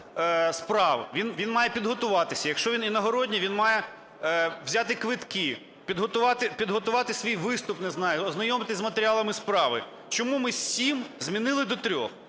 справ, він має підготуватись, якщо він іногородній, він має взяти квитки, підготувати свій виступ, ознайомитись з матеріалами справи? Чому ми сім змінили до трьох?